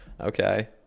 okay